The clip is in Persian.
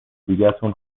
دیگتون